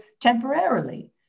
temporarily